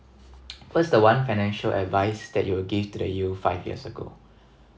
what's the one financial advice that you will give to you five years ago